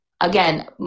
again